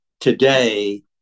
today